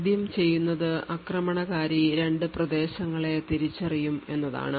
ആദ്യം ചെയ്യുന്നത് ആക്രമണകാരി 2 പ്രദേശങ്ങളെ തിരിച്ചറിയും എന്നതാണ്